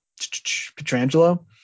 Petrangelo